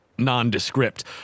nondescript